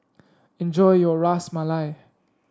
enjoy your Ras Malai